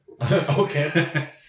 Okay